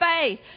faith